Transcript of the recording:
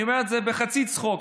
אני אומר את זה בחצי צחוק,